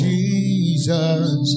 Jesus